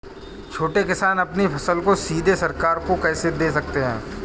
छोटे किसान अपनी फसल को सीधे सरकार को कैसे दे सकते हैं?